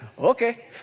Okay